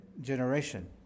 generation